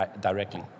directly